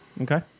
okay